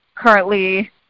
currently